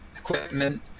equipment